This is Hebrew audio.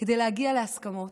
כדי להגיע להסכמות.